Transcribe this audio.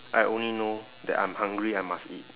I only know that I'm hungry I must eat